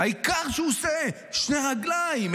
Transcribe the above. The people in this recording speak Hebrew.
העיקר שהוא עושה שתי רגליים,